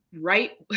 Right